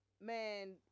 man